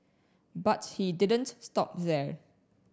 but he didn't stop there